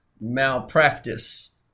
malpractice